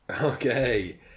Okay